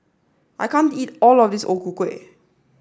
I can't eat all of this O Ku Kueh